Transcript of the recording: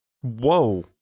Whoa